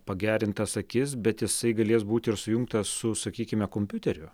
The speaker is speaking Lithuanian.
pagerintas akis bet jisai galės būti ir sujungtas su sakykime kompiuteriu